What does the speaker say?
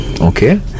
Okay